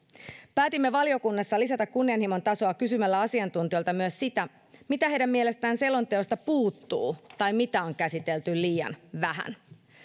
päätimme valiokunnassa lisätä kunnianhimon tasoa kysymällä asiantuntijoilta myös sitä mitä heidän mielestään selonteosta puuttuu tai mitä on käsitelty liian vähän